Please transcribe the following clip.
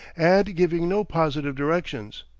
and giving no positive directions.